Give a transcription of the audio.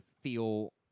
feel